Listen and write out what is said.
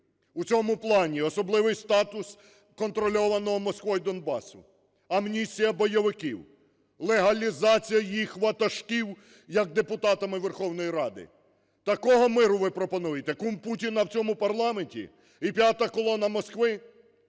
У цьому плані особливий статус контрольованого Москвою Донбасу, амністія бойовиків, легалізація їх ватажків як депутатами Верховної Ради. Такого миру ви пропонуєте: кум Путіна в цьому парламенті і п'ята колона Москви?